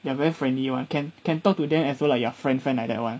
they are very friendly [one] can can talk to them as though you're friend friend like that [one]